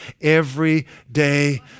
everyday